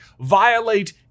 violate